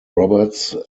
roberts